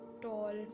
tall